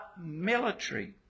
military